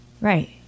right